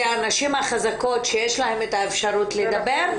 זה הנשים החזקות שיש להן את האפשרות לדבר,